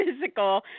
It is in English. physical